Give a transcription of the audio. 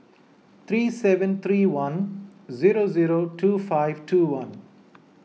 three seven three one zero zero two five two one